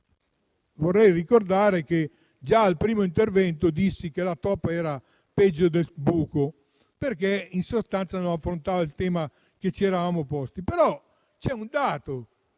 vorrei ricordare che già nel mio primo intervento dissi che la toppa era peggio del buco, perché non affrontava il tema che ci eravamo posti, però, c'è un dato